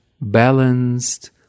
balanced